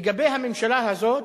לגבי הממשלה הזאת